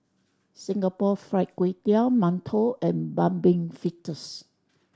Singapore Fried Kway Tiao mantou and Mung Bean Fritters